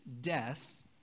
death